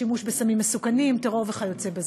שימוש בסמים מסוכנים, טרור וכיוצא בזה.